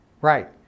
Right